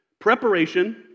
preparation